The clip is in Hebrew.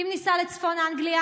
אם ניסע לצפון אנגליה,